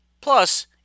Plus